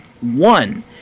one